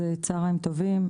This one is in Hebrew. צוהריים טובים.